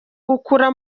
gukura